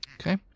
Okay